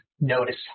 notice